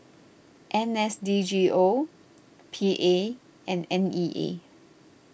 N S D G O P A and N E A